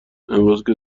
امروزکه